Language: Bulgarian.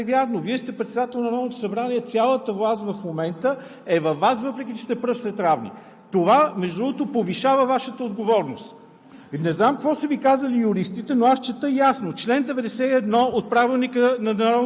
Госпожо Караянчева, не може това, което ми казвате, да е вярно. Вие сте председател на Народното събрание, цялата власт в момента е във Вас, въпреки че сте пръв сред равни. Това, между другото, повишава Вашата отговорност.